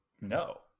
no